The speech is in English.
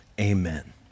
amen